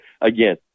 again